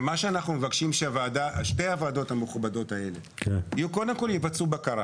אנחנו מבקשים ששתי הוועדות האלה יבצעו קודם כול בקרה